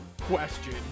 question